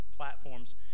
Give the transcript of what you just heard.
platforms